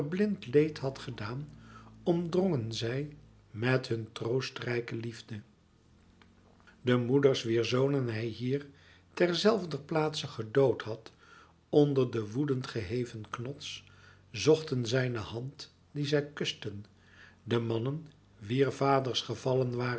leed had gedaan omdrongen zij met hunne troostrijke liefde de moeders wier zonen hij hier ter zelfder plaatse gedood had onder den woedend geheven knots zochten zijne hand die zij kusten de mannen wier vaders gevallen waren